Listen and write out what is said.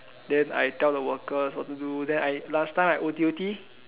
then I tell the workers what to do then I last time I O_T_O_T